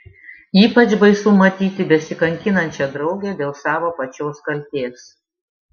ypač baisu matyti besikankinančią draugę dėl savo pačios kaltės